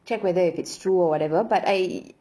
check whether if it's true or whatever but I